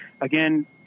Again